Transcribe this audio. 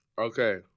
Okay